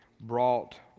brought